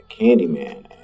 Candyman